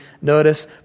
notice